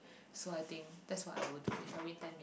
so I think that's what I would do if I win ten million